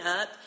up